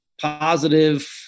positive